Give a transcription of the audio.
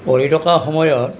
পঢ়ি থকা সময়ত